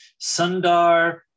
Sundar